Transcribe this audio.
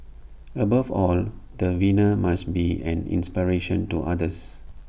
above all the winner must be an inspiration to others